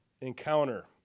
encounter